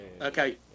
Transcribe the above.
Okay